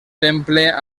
temple